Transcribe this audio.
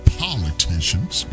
politicians